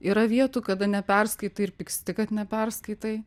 yra vietų kada neperskaitai ir pyksti kad neperskaitai